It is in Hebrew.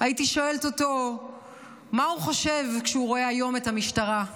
הייתי שואלת אותו מה הוא חושב כשהוא רואה היום את המשטרה,